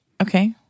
Okay